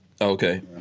Okay